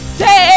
say